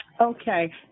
Okay